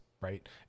right